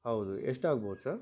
ಹೌದು ಎಷ್ಟಾಗ್ಬೋದು ಸರ್